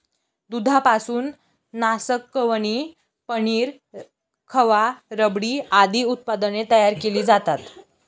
दुधापासून नासकवणी, पनीर, खवा, रबडी आदी उत्पादने तयार केली जातात